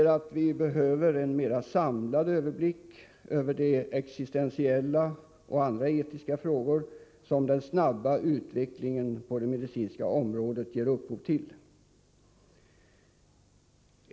Vi behöver en mera samlad överblick över de existentiella och andra etiska frågor som den snabba utvecklingen på det medicinska området ger upphov till.